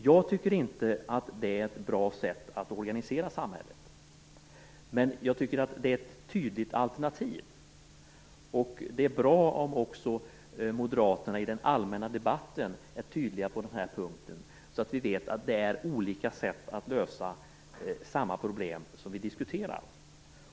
Jag tycker inte att det är ett bra sätt att organisera samhället på, men det är ett tydligt alternativ. Det är bra om Moderaterna också i den allmänna debatten är tydliga på den här punkten, så att vi vet att det är fråga om olika sätt att lösa samma problem som vi diskuterar.